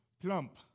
plump